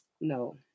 No